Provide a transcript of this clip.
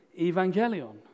Evangelion